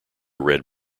red